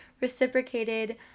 reciprocated